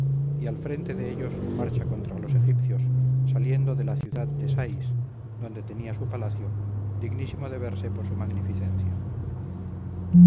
y al frente de ellos marcha contra los egipcios saliendo del ciudad de sais donde tenía su palacio dignísimo de verse por su magnificencia